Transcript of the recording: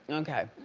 and okay,